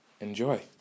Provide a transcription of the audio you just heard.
Enjoy